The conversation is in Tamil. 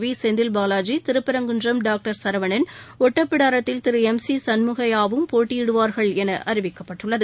வீசெந்திவ்பாவாஜி திருப்பரங்குன்றம் டாக்டர் பிசரவணன் ஒட்டப்பிடாரத்தில் திருளம் சிசண்முகையாவும் போட்டியிடுவார்கள் எனஅறிவிக்கப்பட்டுஉள்ளது